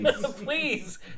Please